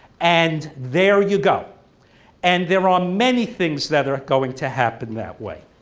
and there you go and there are many things that are going to happen that way.